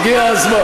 הגיע הזמן.